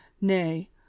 nay